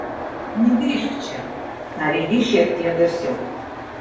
negrįžk čia tarė ji šiek tiek garsiau